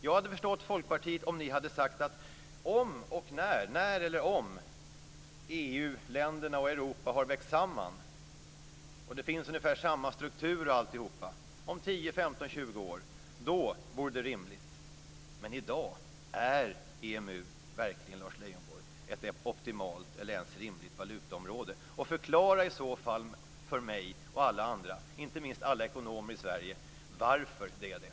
Jag hade förstått Folkpartiet om man hade sagt att det vore rimligt när eller om EU-länderna och Europa växer samman och strukturen är ungefär densamma - om 10, 15 eller 20 år. Men är EMU i dag verkligen, Lars Leijonborg, ett optimalt eller ens rimligt valutaområde? Förklara i så fall för mig och alla andra - inte minst alla ekonomer i Sverige - varför det är det.